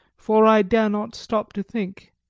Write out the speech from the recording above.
for i dare not stop to think.